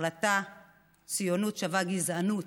ההחלטה שציונות שווה גזענות.